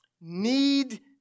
need